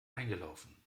eingelaufen